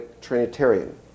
Trinitarian